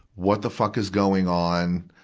what the fuck is going on.